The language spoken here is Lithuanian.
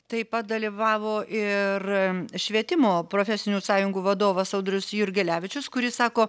taip pat dalyvavo ir švietimo profesinių sąjungų vadovas audrius jurgelevičius kuris sako